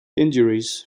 injuries